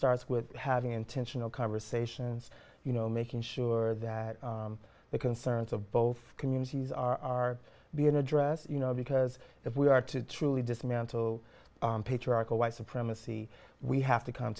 starts with having intentional conversations you know making sure that the concerns of both communities are being addressed you know because if we are to truly dismantle patriarchal white supremacy we have to come